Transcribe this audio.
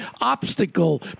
obstacle